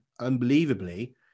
unbelievably